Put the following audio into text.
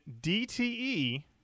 dte